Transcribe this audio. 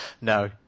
No